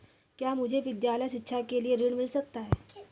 क्या मुझे विद्यालय शिक्षा के लिए ऋण मिल सकता है?